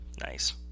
Nice